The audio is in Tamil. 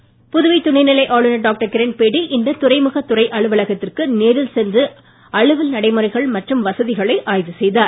கிரண்பேடி புதுவை துணைநிலை ஆளுநர் டாக்டர் கிரண்பேடி இன்று துறைமுகத் துறை அலுவலகத்திற்கு நேரில் சென்று அலுவல் நடைமுறைகள் மற்றும் வசதிகளை ஆய்வு செய்தார்